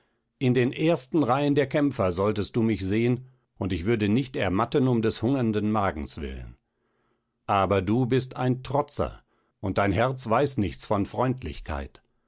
in den ersten reihen der kämpfer solltest du mich sehen und ich würde nicht ermatten um des hungernden magens willen aber du bist ein trotzer und dein herz weiß nichts von freundlichkeit